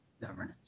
governance